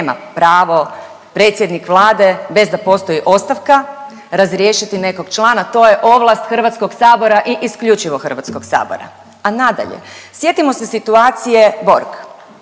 pravo predsjednik Vlade bez da postoji ostavka razriješiti nekog člana. To je ovlast Hrvatskog sabora i isključivo Hrvatskog sabora. A nadalje, sjetimo se situacije BORG.